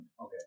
Okay